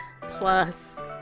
plus